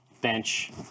bench